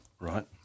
Right